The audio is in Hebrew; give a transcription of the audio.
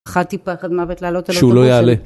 פחדתי פחד מוות לעלות על אוטובוסים. שהוא לא יעלה